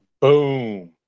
Boom